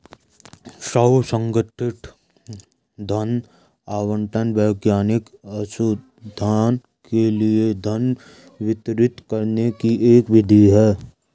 स्व संगठित धन आवंटन वैज्ञानिक अनुसंधान के लिए धन वितरित करने की एक विधि है